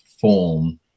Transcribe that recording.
form